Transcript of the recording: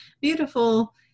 beautiful